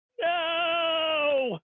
no